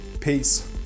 Peace